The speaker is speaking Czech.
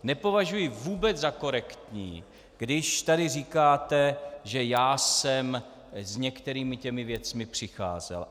Nepovažuji vůbec za korektní, když tady říkáte, že jsem s některými těmi věcmi přicházel.